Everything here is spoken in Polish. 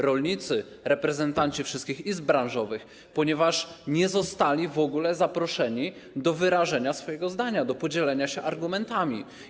rolnicy reprezentanci wszystkich izb branżowych, ponieważ nie zostali w ogóle zaproszeni do wyrażenia swojego zdania, do podzielenia się argumentami.